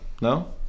No